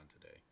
today